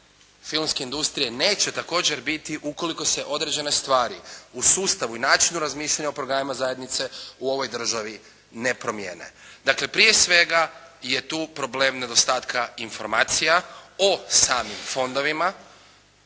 filmske industrije neće također biti ukoliko se određene stvari u sustavu i načinu razmišljanja o programima zajednice u ovoj državi ne promijene. Dakle prije svega je tu problem nedostatka informacija o samim fondovima